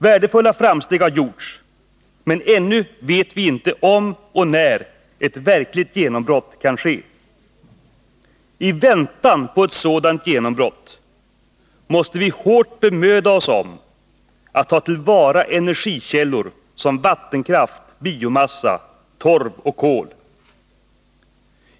Värdefulla framsteg har gjorts, men ännu vet vi inte om eller när ett verkligt genombrott kan ske. I väntan på ett sådant genombrott måste vi hårt bemöta oss om att ta till vara energikällor som vattenkraft, biomassa, torv och kol.